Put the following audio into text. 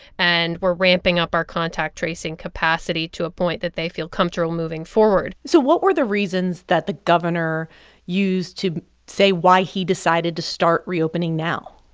and we're ramping up our contact tracing capacity to a point that they feel comfortable moving forward so what were the reasons that the governor used to say why he decided to start reopening now?